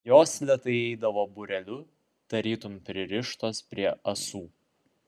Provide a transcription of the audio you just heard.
jos lėtai eidavo būreliu tarytum pririštos prie ąsų